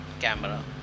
camera